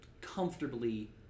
comfortably